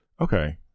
Okay